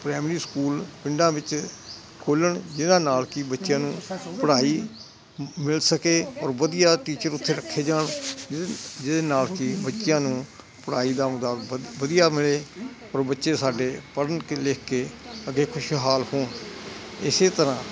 primary school ਪਿੰਡਾਂ ਵਿੱਚ ਖੋਲ੍ਹਣ ਜਿਹਨਾਂ ਨਾਲ ਕਿ ਬੱਚਿਆਂ ਨੂੰ ਪੜ੍ਹਾਈ ਮਿਲ ਸਕੇ ਔਰ ਵਧੀਆ ਟੀਚਰ ਉੱਥੇ ਰੱਖੇ ਜਾਣ ਜਿਹਦੇ ਨਾਲ ਕਿ ਬੱਚਿਆਂ ਨੂੰ ਪੜ੍ਹਾਈ ਦਾ ਵਧੀਆ ਮਿਲੇ ਪਰ ਬੱਚੇ ਸਾਡੇ ਪੜ੍ਹ ਕੇ ਲਿਖ ਕੇ ਅੱਗੇ ਖੁਸ਼ਹਾਲ ਹੋਣ ਇਸ ਤਰ੍ਹਾਂ